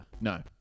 No